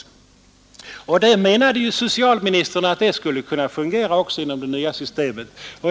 Socialministern menade att det fria läkarvalet skulle kunna fungera också i det nya systemet.